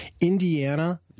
Indiana